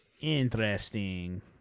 Interesting